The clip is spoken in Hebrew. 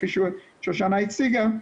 כפי ששושנה הציגה,